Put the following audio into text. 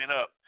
up